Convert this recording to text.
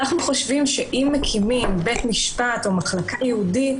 אנחנו חושבים שאם מקימים בית משפט או מחלקה ייעודית,